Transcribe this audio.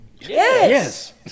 Yes